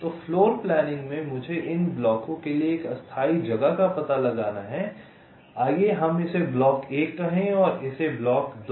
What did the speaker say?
तो फ्लोरप्लानिंग में मुझे इन ब्लॉकों के लिए एक अस्थायी जगह का पता लगाना है आइए हम इसे ब्लॉक 1 कहें और इसे ब्लॉक 2